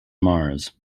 mars